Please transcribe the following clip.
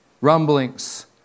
rumblings